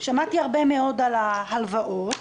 שמעתי מאוד על ההלוואות.